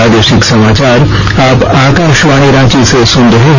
प्रादेशिक समाचार आप आकाशवाणी रांची से सुन रहे हैं